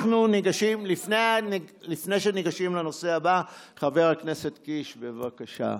לפני שניגשים לנושא הבא, חבר הכנסת קיש, בבקשה.